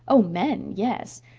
oh, men yes.